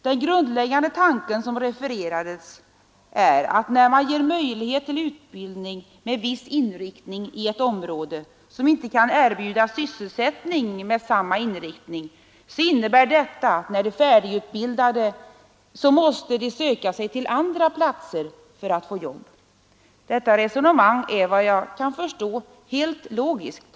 Den grundläggande tanke som refereras där är att när man ger möjlighet till utbildning med viss inriktning i ett område, som inte kan erbjuda sysselsättning med samma inriktning, så innebär detta att ungdomarna efter avslutad utbildning måste söka sig till andra platser för att få jobb. Detta resonemang är efter vad jag förstår helt logiskt.